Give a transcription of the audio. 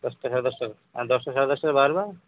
ଦଶଟା ସାଢେ ଦଶଟା ଆ ଦଶଟା ସାଢେ ଦଶଟା ଭିତରେ ବାହାରିବା